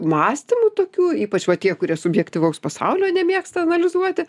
mąstymu tokiu ypač va tie kurie subjektyvaus pasaulio nemėgsta analizuoti